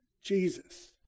Jesus